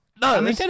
no